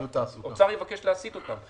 האוצר יבקש להסיט אותם.